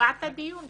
לטובת הדיון.